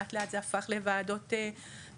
לאט לאט זה הפך לוועדות מנכ"לים,